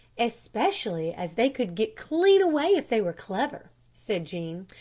especially as they could get clean away if they were clever, said jean,